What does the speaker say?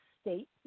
State